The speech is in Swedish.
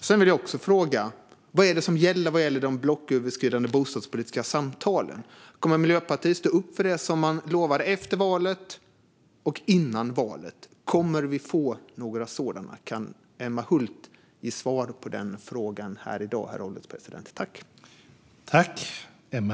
Jag vill också fråga: Vad är det som gäller i fråga om de blocköverskridande bostadspolitiska samtalen? Kommer Miljöpartiet att stå upp för det som man lovade efter valet och före valet? Kommer vi att få några sådana? Kan Emma Hult ge svar på denna fråga här i dag, herr ålderspresident?